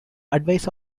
advice